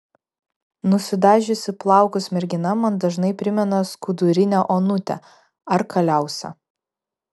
nusidažiusi plaukus mergina man dažnai primena skudurinę onutę ar kaliausę